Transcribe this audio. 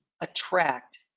attract